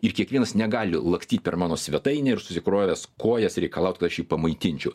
ir kiekvienas negali lakstyt per mano svetainę ir susikrovęs kojas reikalaut kad aš jį pamaitinčiau